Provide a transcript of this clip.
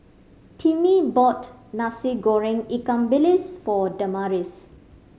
Timmie bought Nasi Goreng ikan bilis for Damaris